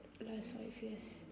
last five years